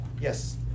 Yes